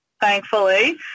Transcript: thankfully